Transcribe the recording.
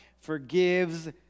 forgives